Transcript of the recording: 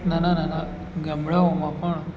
નાના નાના ગામડાઓમાં પણ